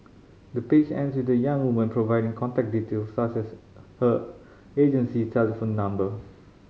the page ends with the young woman providing contact detail such as her agency telephone number